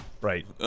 Right